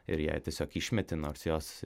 ir ją tiesiog išmeti nors jos